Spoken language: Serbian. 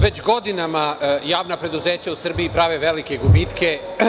Već godinama javna preduzeća u Srbiji prave velike gubitke.